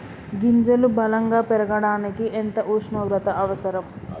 గింజలు బలం గా పెరగడానికి ఎంత ఉష్ణోగ్రత అవసరం?